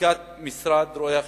מבדיקת משרד רואי-החשבון,